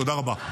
תודה רבה.